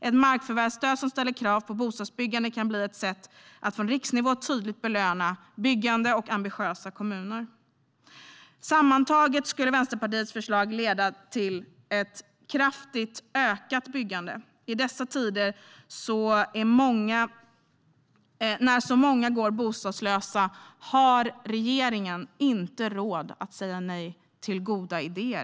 Ett markförvärvsstöd som ställer krav på bostadsbyggande kan bli ett sätt att från riksnivå tydligt belöna byggande och ambitiösa kommuner. Sammantaget skulle Vänsterpartiets förslag leda till ett kraftigt ökat byggande. I dessa tider när så många går bostadslösa har regeringen inte råd att säga nej till goda idéer.